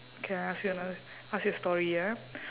okay I ask you another ask you a story ah